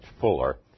fuller